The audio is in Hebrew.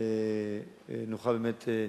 נוכל, באמת,